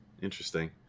Interesting